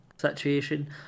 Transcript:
situation